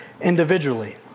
individually